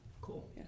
Cool